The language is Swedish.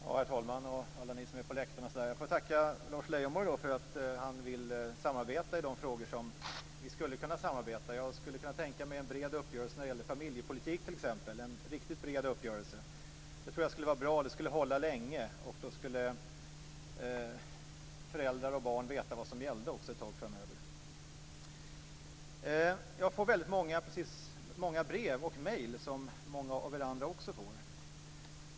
Herr talman och alla ni som sitter på läktarna! Jag får tacka Lars Leijonborg för att han vill samarbeta i de frågor där vi skulle kunna samarbeta. Jag skulle t.ex. kunna tänka mig en riktigt bred uppgörelse när det gäller familjepolitik. Jag tror att en sådan skulle vara bra och skulle hålla länge. Då skulle föräldrar och barn också kunna veta vad som gäller för ett tag framöver. Jag får liksom många av de andra ledamöterna väldigt många brev och mejl.